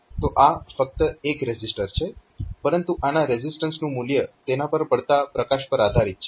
તો આ ફક્ત એક રેઝિસ્ટર છે પરંતુ આના રેઝિસ્ટન્સ નું મૂલ્ય તેના પર પડતા પ્રકાશ પર આધારિત છે